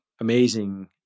amazing